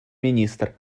министр